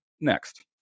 next